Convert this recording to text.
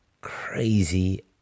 crazy